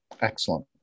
Excellent